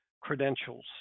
credentials